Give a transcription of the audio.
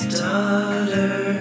daughter